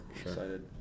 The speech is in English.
Excited